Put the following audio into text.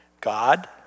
God